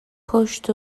پشت